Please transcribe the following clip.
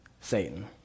Satan